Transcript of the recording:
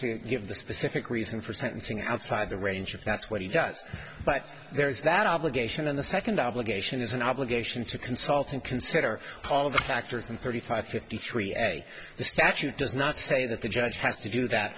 to give the specific reason for sentencing outside the range if that's what he does but there is that obligation in the second obligation is an obligation to consulting consider all of the factors and thirty five fifty three a the statute does not say that the judge has to do that